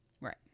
Right